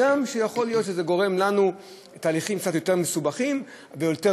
הגם שיכול להיות שזה גורם לתהליכים קצת יותר מסובכים ובזמן